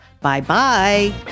Bye-bye